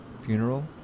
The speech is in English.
funeral